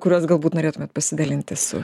kuriuos galbūt norėtumėte pasidalinti su